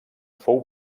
fou